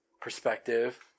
perspective